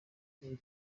nyiri